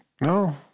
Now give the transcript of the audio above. No